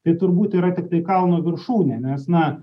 tai turbūt yra tiktai kalno viršūnė nes na